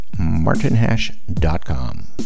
martinhash.com